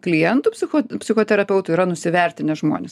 klientų psicho psichoterapeutų yra nusivertinę žmonės